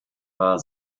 war